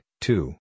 two